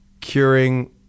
curing